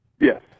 Yes